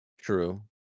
True